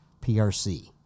PRC